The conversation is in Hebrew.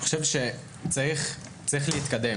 אני חושב שצריך להתקדם.